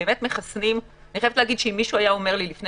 חייבת להגיד שאם מישהו היה אומר לי לפני